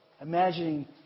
imagining